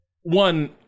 one